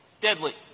deadly